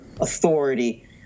authority